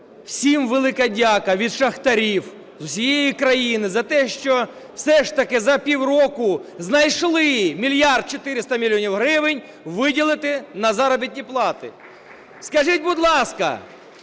всім велика дяка від шахтарів з усієї країни за те, що все ж таки за півроку знайшли 1 мільярд 400 мільйонів гривень виділити на заробітні плати. Скажіть, будь ласка,